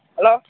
hello